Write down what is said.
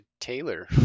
Taylor